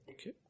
Okay